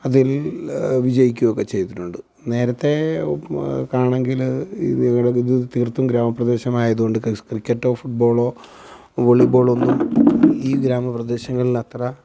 അതിൽ വിജയിക്കുകയൊക്കെ ചെയ്തിട്ടുണ്ട് നേരത്തെ ആണെങ്കിൽ ഇത് തീർത്തും ഗ്രാമപ്രദേശമായതുകൊണ്ട് ക്രിക്കറ്റോ ഫുട്ബോളോ വോളിബോളൊന്നും ഈ ഗ്രാമപ്രദേശങ്ങളിലത്ര